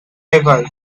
ever